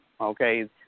okay